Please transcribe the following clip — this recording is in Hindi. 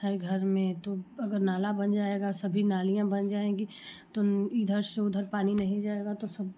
हर घर में तो अगर नाला बन जाएगा सभी नालियाँ बन जाएँगी तो इधर से उधर पानी नहीं जाएगा तो सब